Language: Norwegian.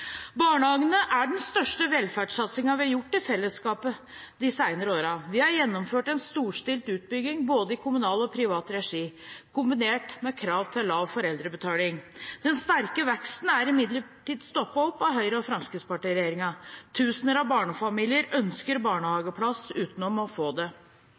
Barnehagene er den største velferdssatsingen i fellesskapet de senere årene. V har gjennomført en storstilt utbygging både i kommunal og privat regi, kombinert med krav til lav foreldrebetaling. Den sterke veksten er imidlertid stoppet av Høyre–Fremskrittsparti-regjeringen. Tusener av barnefamilier ønsker barnehageplass uten å få det.